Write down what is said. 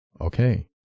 Okay